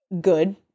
good